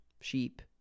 sheep